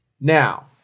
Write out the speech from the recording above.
Now